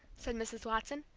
said mrs. watson.